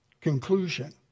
conclusion